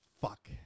fuck